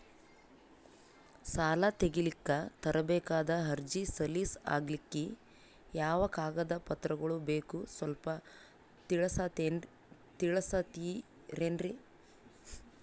ಸಾಲ ತೆಗಿಲಿಕ್ಕ ತರಬೇಕಾದ ಅರ್ಜಿ ಸಲೀಸ್ ಆಗ್ಲಿಕ್ಕಿ ಯಾವ ಕಾಗದ ಪತ್ರಗಳು ಬೇಕು ಸ್ವಲ್ಪ ತಿಳಿಸತಿರೆನ್ರಿ?